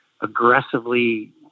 aggressively